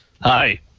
Hi